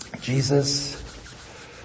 Jesus